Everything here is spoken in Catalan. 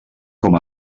com